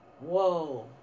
Whoa